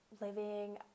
living